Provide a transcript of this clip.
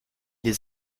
les